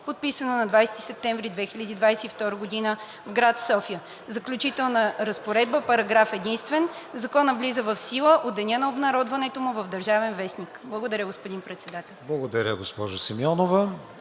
подписано на 20 септември 2022 г. в град София. Заключителна разпоредба Параграф единствен. Законът влиза в сила от деня на обнародването му в „Държавен вестник“.“ Благодаря, господин Председател. ПРЕДСЕДАТЕЛ